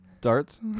darts